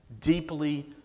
deeply